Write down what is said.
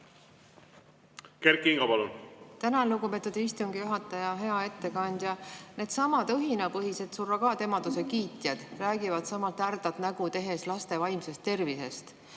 Kert Kingo, palun! Tänan, lugupeetud istungi juhataja! Hea ettekandja! Needsamad õhinapõhised surrogaatemaduse kiitjad räägivad sama härdat nägu tehes laste vaimsest tervisest.